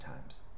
times